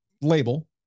label